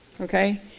Okay